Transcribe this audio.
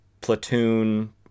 platoon